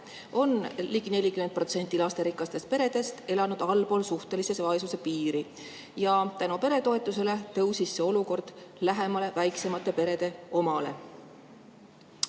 ligi 40% lasterikastest peredest allpool suhtelise vaesuse piiri. Tänu peretoetusele tõusis nende olukord lähemale väiksemate perede omale.